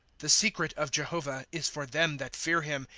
the secret of jehovah is for them that fear him.